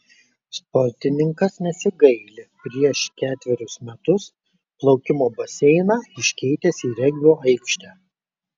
sportininkas nesigaili prieš ketverius metus plaukimo baseiną iškeitęs į regbio aikštę